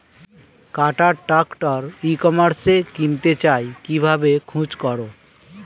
কাটার tractor ই কমার্সে কিনতে চাই কিভাবে খোঁজ করো?